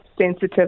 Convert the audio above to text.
sensitive